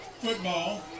football